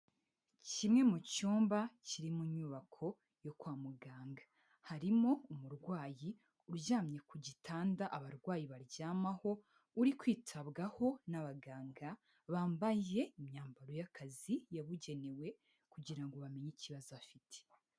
Kimwe mu cyumba kiri mu nyubako yo kwa muganga. Harimo umurwayi uryamye ku gitanda abarwayi baryamaho, uri kwitabwaho n'abaganga bambaye imyambaro y'akazi yabugenewe kugira ngo bamenye ikibazo afite.